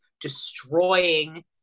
destroying